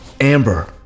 Amber